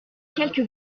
quelque